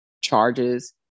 charges